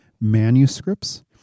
manuscripts